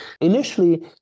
Initially